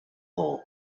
hole